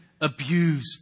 abused